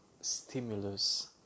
stimulus